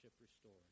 restored